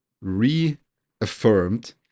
reaffirmed